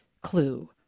clue